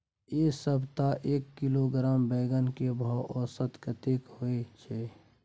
ऐ सप्ताह एक किलोग्राम बैंगन के भाव औसत कतेक होय छै?